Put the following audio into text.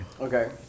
Okay